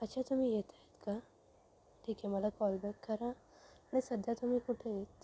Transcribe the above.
अच्छा तुम्ही येत आहेत का ठीक आहे मला कॉल बॅक करा आणि सध्या तुम्ही कुठे आहेत